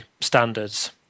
standards